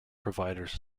providers